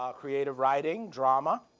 ah creative writing, drama.